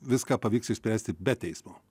viską pavyks išspręsti be teismo